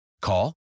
Call